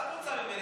מה את רוצה ממני?